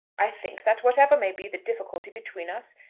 i think that, whatever may be the difficulty between us,